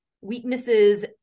weaknesses